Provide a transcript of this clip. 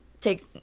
take